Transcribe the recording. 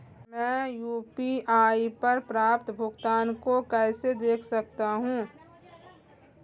मैं यू.पी.आई पर प्राप्त भुगतान को कैसे देख सकता हूं?